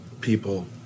people